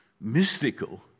mystical